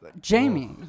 Jamie